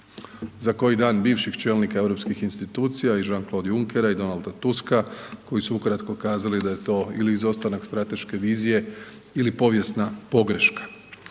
za koji dan bivših čelnika europskih institucija i Jeana Clode Junckera i Donalda Tuska koji su ukratko kazali da je to ili izostanak strateške vizije ili povijesna pogreška.